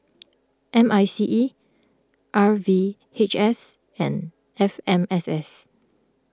M I C E R V H S and F M S S